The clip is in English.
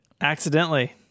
Accidentally